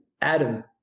Adam